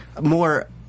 more